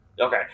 okay